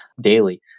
daily